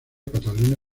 catalina